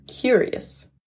curious